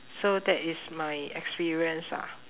so that is my experience ah